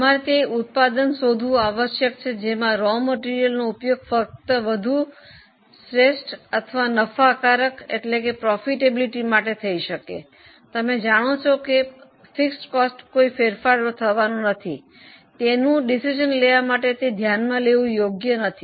અમારે તે ઉત્પાદન શોધવું આવશ્યક છે જેમાં કાચા માલનો ઉપયોગ વધુ શ્રેષ્ઠ અથવા નફાકારક થઈ શકે તમે જાણો છો કે પરોક્ષ ખર્ચમાં કોઈ ફેરફાર થવાનો નથી તેથી નિર્ણય લેવા માટે તે ધ્યાનમાં લેવું યોગ્ય નથી